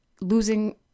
losing